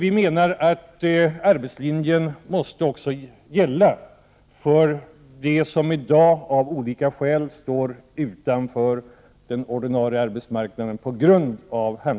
Vi menar att arbetslinjen måste gälla också för dem som i dag av olika skäl på grund av handikapp står utanför den ordinarie arbetsmarknaden.